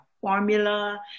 formula